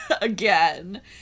again